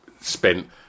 spent